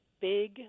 big